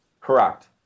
Correct